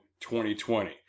2020